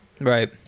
Right